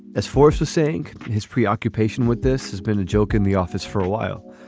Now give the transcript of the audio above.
as for so saying his preoccupation with this has been a joke in the office for a while,